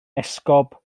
esgob